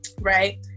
right